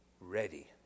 ready